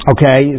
Okay